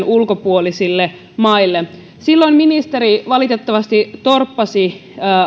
ulkopuolisille maille silloin ministeri valitettavasti torppasi